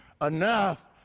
enough